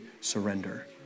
surrender